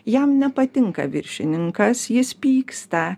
jam nepatinka viršininkas jis pyksta